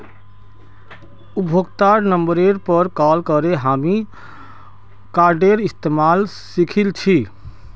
उपभोक्तार नंबरेर पर कॉल करे हामी कार्डेर इस्तमाल सिखल छि